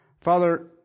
Father